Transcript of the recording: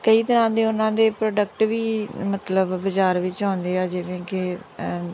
ਕਈ ਤਰ੍ਹਾਂ ਦੇ ਉਹਨਾਂ ਦੇ ਪ੍ਰੋਡਕਟ ਵੀ ਮਤਲਬ ਬਾਜ਼ਾਰ ਵਿੱਚ ਆਉਂਦੇ ਆ ਜਿਵੇਂ ਕਿ